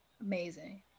amazing